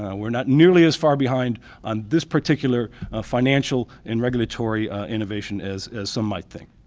we're not nearly as far behind on this particular financial and regulatory innovation as as some might think.